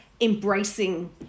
embracing